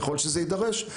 ככל שזה יידרש,